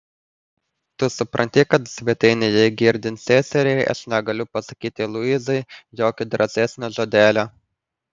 tu supranti kad svetainėje girdint seseriai aš negaliu pasakyti luizai jokio drąsesnio žodelio